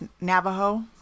Navajo